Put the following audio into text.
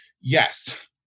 Yes